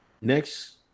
next